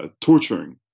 torturing